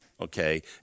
Okay